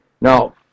Now